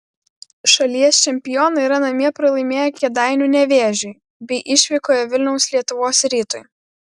šalies čempionai yra namie pralaimėję kėdainių nevėžiui bei išvykoje vilniaus lietuvos rytui